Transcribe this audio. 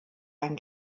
ein